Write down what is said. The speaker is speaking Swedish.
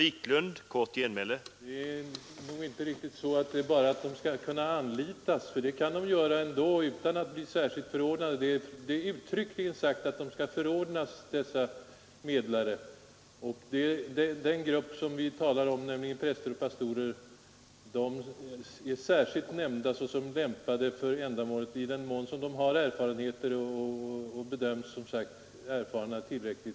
Herr talman! Det är nog inte riktigt så att präster och pastorer bara skall kunna anlitas. Man kan anlita dem redan nu utan att de blivit särskilt förordnade. Det är uttryckligen sagt att medlarna skall förordnas. Många av den grupp vi talar om — präster och pastorer — är särskilt lämpade för ändamålet i den mån de har erfarenheter och bedöms i övrigt vara lämpliga.